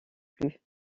plus